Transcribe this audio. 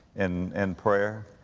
in, in prayer?